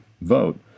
vote